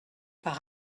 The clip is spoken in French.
par